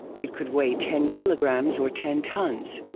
it could weigh ten kilograms or ten tons.